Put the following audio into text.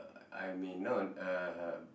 I may not uh